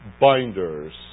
binders